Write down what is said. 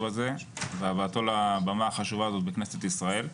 הזה והבאתו לבמה החשובה הזאת בכנסת ישראל.